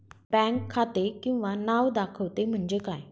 Bank खाते किंवा नाव दाखवते म्हणजे काय?